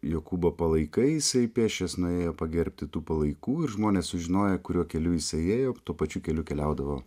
jokūbo palaikai jisai pėsčias nuėjo pagerbti tų palaikų ir žmonės sužinoję kuriuo keliu jisai ėjo tuo pačiu keliu keliaudavo